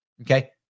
Okay